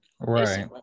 Right